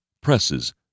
presses